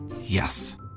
Yes